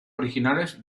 originales